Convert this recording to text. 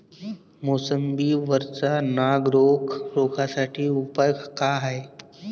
मोसंबी वरचा नाग रोग रोखा साठी उपाव का हाये?